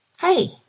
Hey